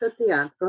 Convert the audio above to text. Teatro